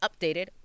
updated